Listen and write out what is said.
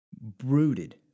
brooded